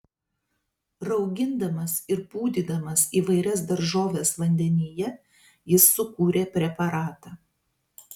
raugindamas ir pūdydamas įvairias daržoves vandenyje jis sukūrė preparatą